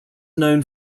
known